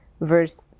verse